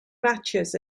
matches